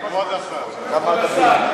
כבוד השר, כמה זמן,